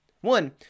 One